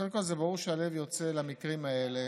קודם כול, זה ברור שהלב יוצא למקרים האלה,